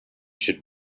should